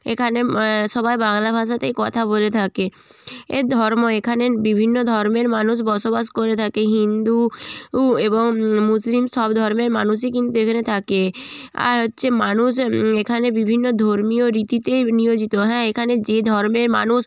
এখানে সবাই বাংলা ভাষাতেই কথা বলে থাকে এর ধর্ম এখানের বিভিন্ন ধর্মের মানুষ বসবাস করে থাকে হিন্দু উ এবং মুসলিম সব ধর্মের মানুষই কিন্তু এখানে থাকে আর হচ্চে মানুষ এখানে বিভিন্ন ধর্মীয় রীতিতে নিয়োজিত হ্যাঁ এখানে যে ধর্মের মানুষ